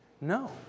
no